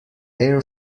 air